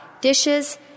Dishes